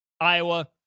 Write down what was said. Iowa